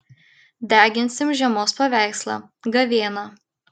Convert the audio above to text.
deginsim žiemos paveikslą gavėną